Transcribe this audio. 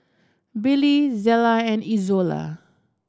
Billy Zela and Izola